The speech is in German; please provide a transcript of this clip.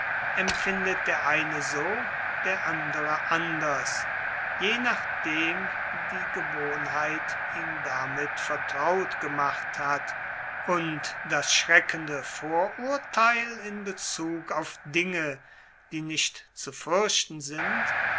empfindet der eine so der andere anders je nachdem die gewohnheit ihn damit vertraut gemacht hat und das schreckende vorurtheil in bezug auf dinge die nicht zu fürchten sind